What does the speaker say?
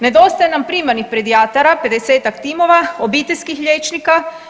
Nedostaje nam primarnih pedijatara 50-tak timova, obiteljskih liječnika.